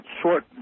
short